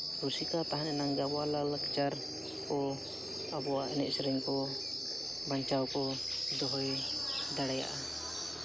ᱨᱩᱥᱤᱠᱟ ᱛᱟᱦᱮᱱ ᱮᱱᱟᱜ ᱜᱮ ᱟᱵᱚᱣᱟ ᱞᱟᱭᱼᱞᱟᱠᱪᱟᱨ ᱠᱚ ᱟᱵᱚᱣᱟᱜ ᱮᱱᱮᱡ ᱥᱮᱨᱮᱧ ᱠᱚ ᱵᱟᱧᱪᱟᱣ ᱠᱚ ᱫᱚᱦᱚ ᱫᱟᱲᱮᱭᱟᱜᱼᱟ